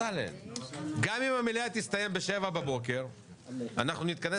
גם אם המליאה תסתיים ב-7:00 בבוקר אנחנו נתכנס